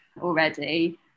already